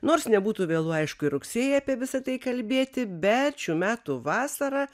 nors nebūtų vėlu aišku ir rugsėjį apie visa tai kalbėti bet šių metų vasara